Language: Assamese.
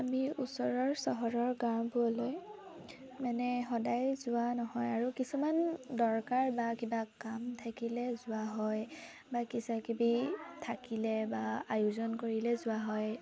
আমি ওচৰৰ চহৰৰ গাঁওবোৰলৈ মানে সদায় যোৱা নহয় আৰু কিছুমান দৰকাৰ বা কিবা কাম থাকিলে যোৱা হয় বা কিচাকিবি থাকিলে বা আয়োজন কৰিলে যোৱা হয়